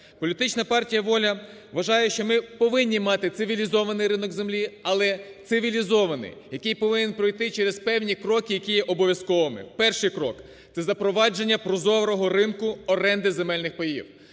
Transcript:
Політична партія "Воля" вважає, що ми повинні мати цивілізований ринок землі, але цивілізований, який повинен пройти через певні кроки, які є обов'язковими. Перший крок. Це запровадження прозорого ринку оренди земельних паїв.